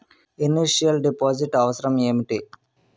Initial deposit అవసరం ఏమిటి?